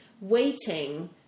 waiting